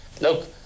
look